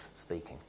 speaking